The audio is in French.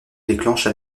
déclenche